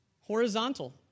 horizontal